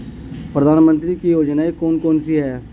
प्रधानमंत्री की योजनाएं कौन कौन सी हैं?